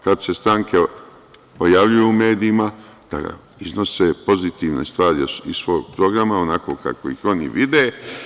Kada se stranke pojavljuju u medijima da iznose pozitivne stvari iz svog programa, onako kako ih oni vide.